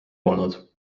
polnud